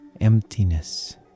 emptiness